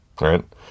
right